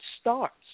starts